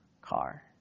car